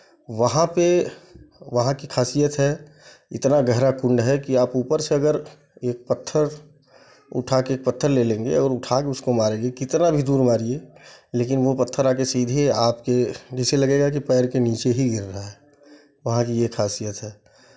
वहाँ पे वहाँ की खासियत है इतना गहरा कुंड है कि आप ऊपर से अगर एक पत्थर उठा के एक पत्थर ले लेंगे और उठा के उसको मारेंगे कितना भी दूर मारिए लेकिन ये पत्थर आके सीधे आपके जैसे लगेगा की पैर के नीचे ही गिर रहा है वहाँ की ये खासियत है